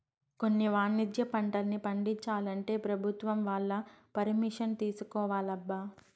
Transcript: కొన్ని వాణిజ్య పంటల్ని పండించాలంటే పెభుత్వం వాళ్ళ పరిమిషన్ తీసుకోవాలబ్బా